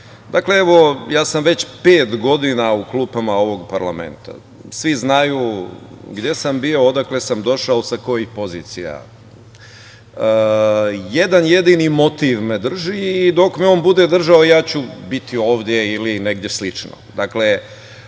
kazali. Dakle, evo ja sam već pet godina u klupama ovog parlamenta. Svi znaju gde sam bio, odakle sam došao, sa kojih pozicija. Jedan jedini motiv me drži, i dok me on bude držao ja ću biti ovde ili negde slično.